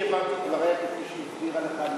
אני הבנתי את דבריה כפי שהיא הסבירה לך,